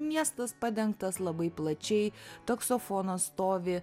miestas padengtas labai plačiai taksofonas stovi